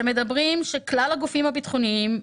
שמדברים על כך שכלל הגופים הביטחוניים,